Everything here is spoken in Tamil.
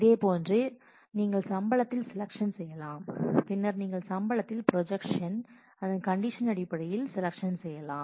இதேபோன்று இதே போன்று நீங்கள் சம்பளத்தில் செலக்ஷன் செய்யலாம் பின்னர் நீங்கள் சம்பளத்தில் புரஜக்சன் அதன் கண்டிஷன் அடிப்படையில் செலக்ஷன் செய்யலாம்